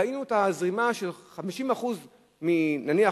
ראינו את הזרימה של 50% נניח,